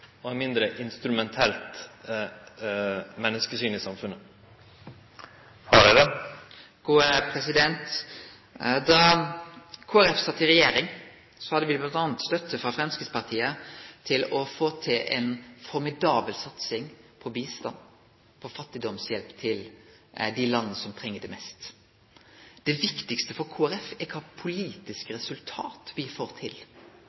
og eit mindre instrumentelt menneskesyn i samfunnet? Da Kristeleg Folkeparti sat i regjering, hadde me m.a. støtte frå Framstegspartiet for å få til ei formidabel satsing på bistand, på fattigdomshjelp, til dei landa som treng det mest. Det viktigaste for Kristeleg Folkeparti er kva for politiske resultat me får til.